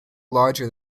larger